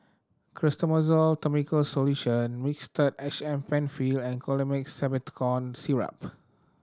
Clotrimozole Topical Solution Mixtard H M Penfill and Colimix Simethicone Syrup